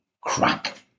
crack